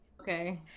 okay